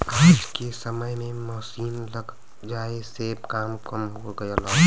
आज के समय में मसीन लग जाये से काम कम हो गयल हौ